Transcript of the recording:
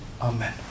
Amen